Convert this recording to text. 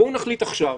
בואו נחליט עכשיו,